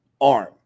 arm